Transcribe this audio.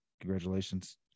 Congratulations